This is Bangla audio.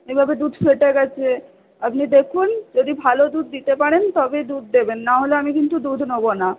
এভাবে দুধ ফেটে গেছে আপনি দেখুন যদি ভালো দুধ দিতে পারেন তবেই দুধ দেবেন নাহলে আমি কিন্তু দুধ নেবো না